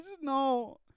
no